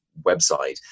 website